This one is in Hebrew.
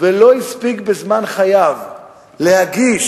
ולא הספיק בזמן חייו להגיש,